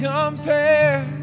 Compare